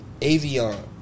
Avion